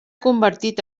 convertit